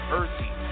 earthy